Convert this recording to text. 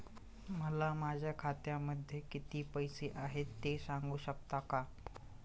मला माझ्या खात्यामध्ये किती पैसे आहेत ते सांगू शकता का?